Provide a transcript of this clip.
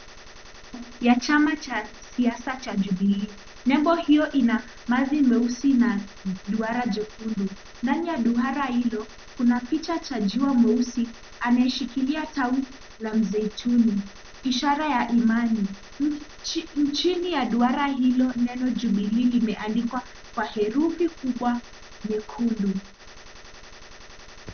Ya chama cha siasa cha Jubilee. Nembo hiyo ina madhi meusi na duara jekundu. ndani ya duara hilo kuna picha cha jua mwesi anayeshikilia tawi la mzeituni ishara ya imani. Chini ya duara hilo neno Jubilee limeandikwa kwa herufi kubwa nyekundu.